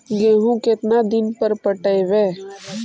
गेहूं केतना दिन पर पटइबै?